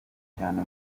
cyane